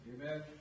amen